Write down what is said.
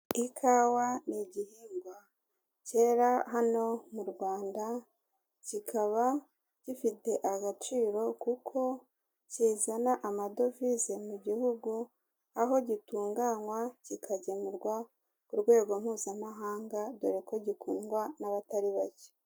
Ikawa ni igihingwa kera hano mu Rwanda, kikaba gifite agaciro kuko kizana amadovize mu gihugu, aho gitunganywa kikagemurwa ku rwego Mpuzamahanga, dore ko gikundwa n'abatari bake.